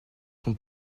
son